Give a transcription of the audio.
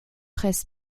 presse